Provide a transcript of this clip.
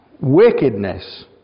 wickedness